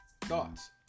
thoughts